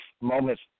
moments